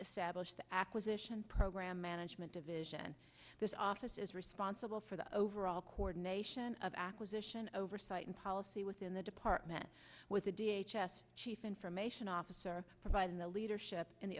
established the acquisition program management division this office is responsible for the overall coordination of acquisition oversight and policy within the department with a d h s chief information officer providing the leadership in the